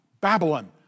Babylon